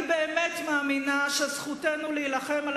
אני באמת מאמינה שזכותנו להילחם על